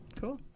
Cool